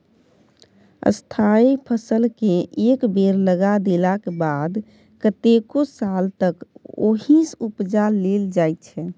स्थायी फसलकेँ एक बेर लगा देलाक बाद कतेको साल तक ओहिसँ उपजा लेल जाइ छै